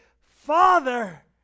Father